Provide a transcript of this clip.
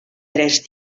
tres